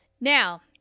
Now